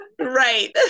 Right